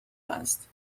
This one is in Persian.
است